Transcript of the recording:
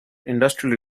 industrial